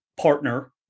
partner